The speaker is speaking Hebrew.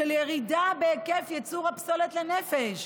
ירידה בהיקף ייצור הפסולת לנפש.